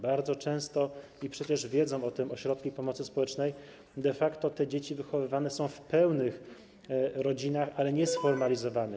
Bardzo często, i przecież wiedzą o tym ośrodki pomocy społecznej, de facto te dzieci wychowywane są w pełnych rodzinach, choć niesformalizowanych.